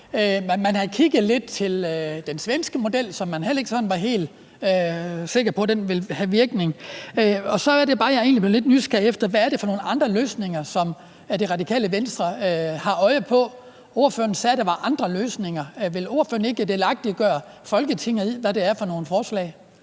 man havde kigget lidt på den svenske model, som man heller ikke var helt sikker på ville have en virkning. Så er det bare, at jeg bliver lidt nysgerrig efter at høre, hvad det er for nogle andre løsninger, som Det Radikale Venstre har øje på. Ordføreren sagde, at der er andre løsninger. Vil ordføreren ikke delagtiggøre Folketinget i, hvad det er for nogle forslag?